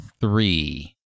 three